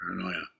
Paranoia